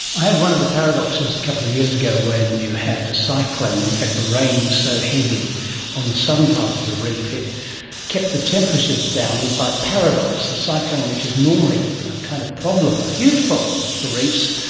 i heard one of the paradoxes a couple of years ago when you had a cyclone, in fact the rain was so heavy on the southern part of the reef it kept the temperatures down, and by paradox the cyclone, which is normally a kind of problem, a huge problem for reefs,